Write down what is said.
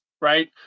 right